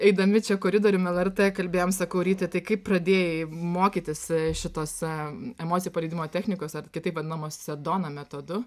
eidami čia koridoriumi lrt kalbėjom sakau ryti tai kaip pradėjai mokytis šitose emocijų paleidimo technikos ar kitaip vadinamos sedona metodu